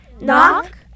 Knock